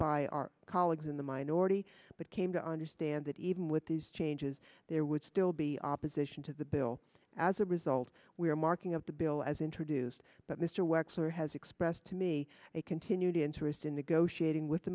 by our colleagues in the minority but came to understand that even with these changes there would still be opposition to the bill as a result we're marking of the bill as introduced but mr wexler has expressed to me a continued interest in the go shooting with the